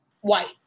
white